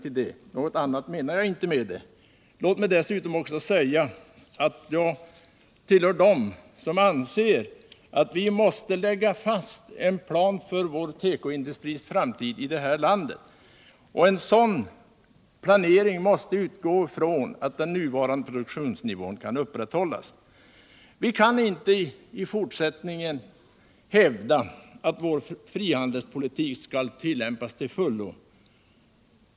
Någonting annat menade jag inte. Jag tillhör dem som anser att vi måste lägga fast en plan för vår tekoindustris framtid här i landet. En sådan planering måste utgå från att den nuvarande oaroduktionsnivån skall upprätthållas. Vi kan inte i fortsättningen hävda att vår frihandelspolitik skall tillämpas till fullo.